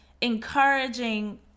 encouraging